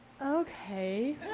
okay